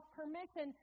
permission